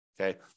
Okay